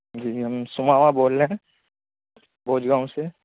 جی ہم ثمامہ بول رہے ہیں بھوج گاؤں سے